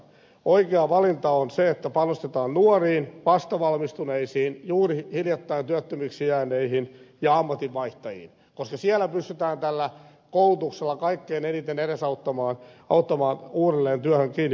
oikea valinta on se että panostetaan nuoriin vastavalmistuneisiin juuri hiljattain työttömiksi jääneisiin ja ammatin vaihtajiin koska siellä pystytään tällä koulutuksella kaikkein eniten edesauttamaan uudelleen työhön kiinni pääsemistä